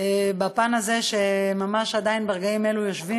בפן הזה שממש עדיין ברגעים אלו יושבים